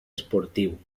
esportiu